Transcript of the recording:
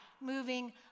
moving